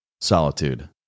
solitude